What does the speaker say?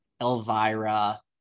Elvira